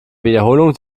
wiederholung